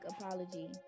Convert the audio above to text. apology